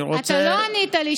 אני רוצה, לא ענית לי.